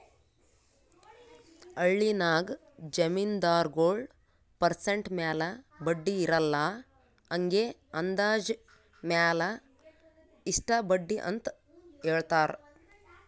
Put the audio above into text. ಹಳ್ಳಿನಾಗ್ ಜಮೀನ್ದಾರಗೊಳ್ ಪರ್ಸೆಂಟ್ ಮ್ಯಾಲ ಬಡ್ಡಿ ಇರಲ್ಲಾ ಹಂಗೆ ಅಂದಾಜ್ ಮ್ಯಾಲ ಇಷ್ಟ ಬಡ್ಡಿ ಅಂತ್ ಹೇಳ್ತಾರ್